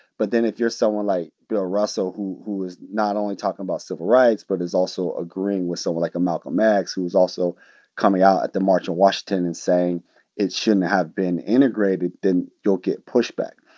but then if you're someone like bill russell who is not only talking about civil rights but is also agreeing with someone like a malcolm x, who's also coming out at the march on washington and saying it shouldn't have been integrated, then you'll get pushback